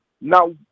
Now